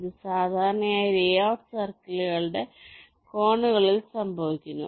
ഇത് സാധാരണയായി ലേഔട്ട് സർക്കിളുകളുടെ കോണുകളിൽ സംഭവിക്കുന്നു